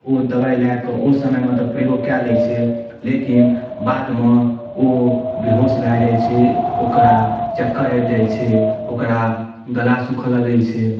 ओ दबाइ लए कऽ ओ समयमे तऽ प्रयोग कए लै छै लेकिन बादमे ओ बेहोश भऽ जाइ छै ओकरा चक्कर आबि जाइ छै ओकरा गला सूखऽ लगऽ छै